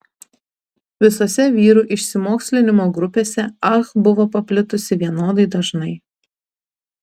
visose vyrų išsimokslinimo grupėse ah buvo paplitusi vienodai dažnai